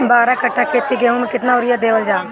बारह कट्ठा खेत के गेहूं में केतना यूरिया देवल जा?